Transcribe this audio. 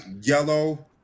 yellow